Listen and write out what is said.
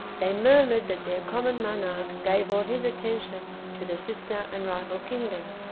they murmured that their common monarch gave all his attention to the sister and rival kingdom.